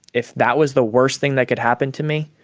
if that was the worst thing that could happen to me,